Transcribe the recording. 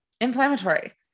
inflammatory